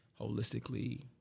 holistically